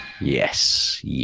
yes